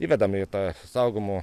įvedam į tą saugomų